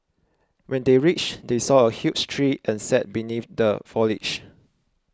when they reached they saw a huge tree and sat beneath the foliage